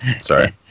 Sorry